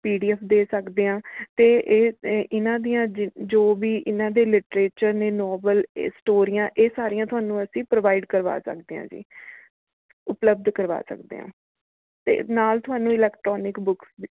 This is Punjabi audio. ਪੀ ਡੀ ਐੱਫ ਦੇ ਸਕਦੇ ਹਾਂ ਅਤੇ ਇਹ ਇਹ ਇਨ੍ਹਾਂ ਦੀਆਂ ਜੇ ਜੋ ਵੀ ਇਨ੍ਹਾਂ ਦੇ ਲਿਟਰੇਚਰ ਨੇ ਨਾਵਲ ਇਹ ਸਟੋਰੀਆਂ ਇਹ ਸਾਰੀਆਂ ਤੁਹਾਨੂੰ ਅਸੀਂ ਪ੍ਰੋਵਾਈਡ ਕਰਵਾ ਸਕਦੇ ਹਾਂ ਜੀ ਉਪਲਬਧ ਕਰਵਾ ਸਕਦੇ ਹਾਂ ਅਤੇ ਨਾਲ ਤੁਹਾਨੂੰ ਇਲੈਕਟ੍ਰਾਨਿਕ ਬੁੱਕਸ ਵੀ